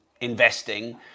investing